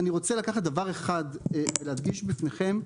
אני רוצה לקחת דבר אחד ולהדגיש בפניכם,